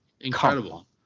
Incredible